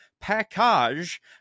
package